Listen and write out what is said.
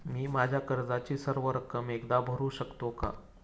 मी माझ्या कर्जाची सर्व रक्कम एकदा भरू शकतो का?